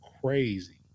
crazy